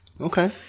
okay